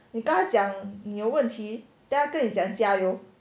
你跟他讲你有问题 then 她跟你讲加油